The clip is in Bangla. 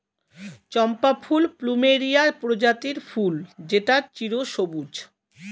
চম্পা ফুল প্লুমেরিয়া প্রজাতির ফুল যেটা চিরসবুজ